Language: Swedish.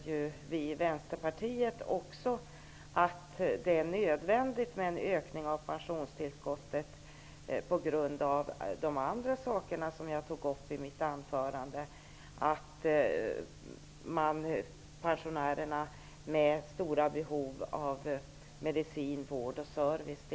Vi i Vänsterpartiet anser också att det är nödvändigt med en ökning av pensionstillskottet på grund av de andra saker som jag tog upp i mitt anförande. Kostnaderna har ökat väsentligt för pensionärer med stora behov av medicin, vård och service.